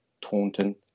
Taunton